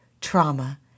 trauma